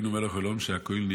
"וישמחו בני ישראל כי ניתנו שונאיהם